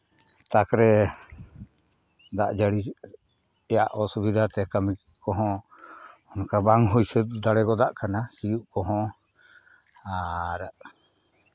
ᱛᱟᱠ ᱨᱮ ᱫᱟᱜ ᱡᱟᱹᱲᱤᱭᱟᱜ ᱚᱥᱩᱵᱤᱫᱷᱟ ᱛᱮ ᱠᱟᱹᱢᱤ ᱠᱚᱦᱚᱸ ᱚᱱᱠᱟ ᱵᱟᱝ ᱦᱩᱭ ᱥᱟᱹᱛ ᱫᱟᱲᱮ ᱜᱚᱫᱚᱜ ᱠᱟᱱᱟ ᱥᱤᱭᱳᱜ ᱠᱚᱦᱚᱸ ᱟᱨ